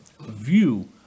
view